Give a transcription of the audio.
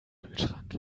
kühlschrank